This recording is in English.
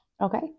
Okay